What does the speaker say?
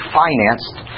financed